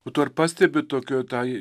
o tu ar pastebi tokio tai